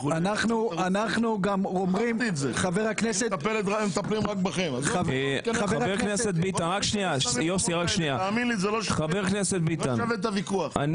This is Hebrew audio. תאמין לי, זה לא שווה את הוויכוח.